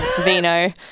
vino